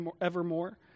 evermore